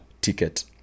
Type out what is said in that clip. ticket